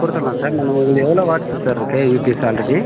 கொடுத்துட்லாம் சார் நம்ம உங்களுது எவ்வளோ வாட்ஸு சார் இருக்குது யூபிஎஸ் ஆல்ரெடி